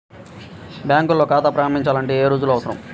బ్యాంకులో ఖాతా ప్రారంభించాలంటే ఏ రుజువులు అవసరం?